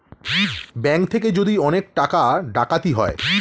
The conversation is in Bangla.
ব্যাঙ্ক থেকে যদি অনেক টাকা ডাকাতি হয়